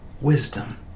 wisdom